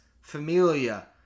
Familia